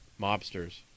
Mobsters